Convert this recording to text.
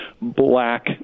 black